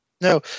No